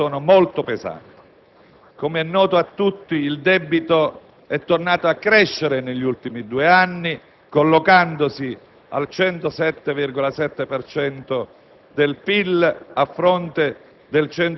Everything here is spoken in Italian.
gli effetti delle politiche di questi anni sono molto pesanti. Come è noto a tutti, il debito è tornato a crescere negli ultimi due anni, collocandosi al 107,7